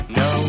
no